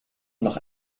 noch